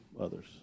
others